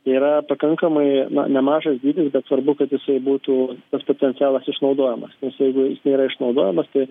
yra pakankamai nemažas dydis bet svarbu kad jisai būtų tas potencialas išnaudojamas nes jeigu jis nėra išnaudojamas tai